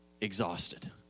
exhausted